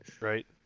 right